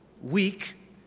weak